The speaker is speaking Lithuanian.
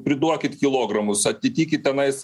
priduokit kilogramus atitikit tenais